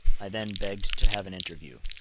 i then begged to have an interview.